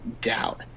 doubt